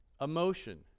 emotion